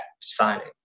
signing